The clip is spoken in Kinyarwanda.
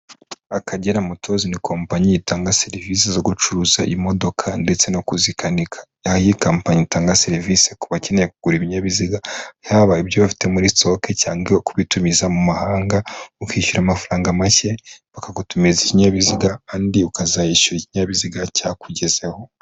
Akagera motors ni kampani itanga serivisi zo gucuruza imodoka ndetse no kuzikanika kampani itanga serivisi ku bakeneye kugura ibinyabiziga haba ibyo bafite muri sitoke cyangwa kubitumiza mu mahanga ukishyura amafaranga make bakagutumiriza ikinyabiziga andi ukazayishyura ikinyabiziga cyakugezeho.